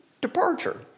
departure